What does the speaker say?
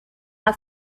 have